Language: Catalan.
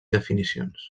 definicions